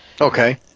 Okay